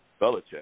Belichick